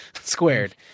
Squared